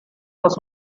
was